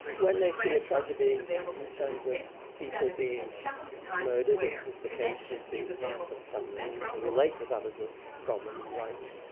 when they see a tragedy in terms of people being murdered, as was the case with the manson family, and they can relate to that as a problem, and rightly,